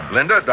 Linda